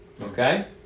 okay